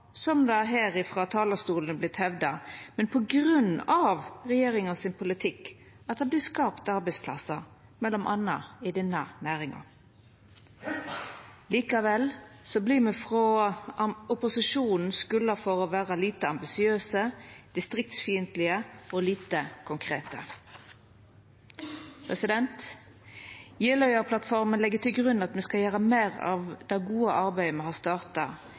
som det her frå talarstolen vert hevda – men på grunn av regjeringa sin politikk at det vert skapt arbeidsplasser m.a. i denne næringa. Likevel vert me av opposisjonen skulda for å vera lite ambisiøse, distriktsfiendtlege og lite konkrete. Jeløya-plattforma legg til grunn at me skal gjera meir av det gode arbeidet me har starta,